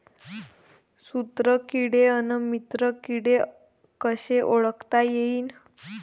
शत्रु किडे अन मित्र किडे कसे ओळखता येईन?